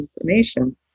information